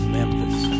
Memphis